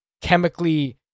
chemically